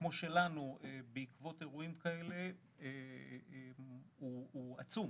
כמו שלנוב עקבות אירועים כאלה הוא עצום.